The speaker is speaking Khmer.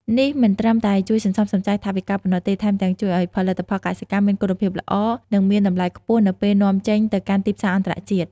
នេះមិនត្រឹមតែជួយសន្សំសំចៃថវិកាប៉ុណ្ណោះទេ ថែមទាំងជួយឲ្យផលិតផលកសិកម្មមានគុណភាពល្អ និងមានតម្លៃខ្ពស់នៅពេលនាំចេញទៅកាន់ទីផ្សារអន្តរជាតិ។